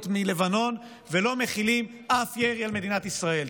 מלבנון ולא מכילים אף ירי על מדינת ישראל.